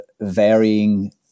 varying